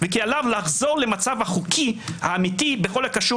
וכי עליו לחזור למצב החוקי האמיתי בכל הקשור